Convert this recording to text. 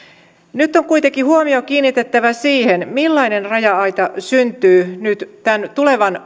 nyt on kuitenkin huomio kiinnitettävä siihen millainen raja aita syntyy tämän tulevan